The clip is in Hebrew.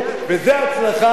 וזה הצלחה,